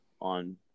on